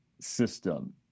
system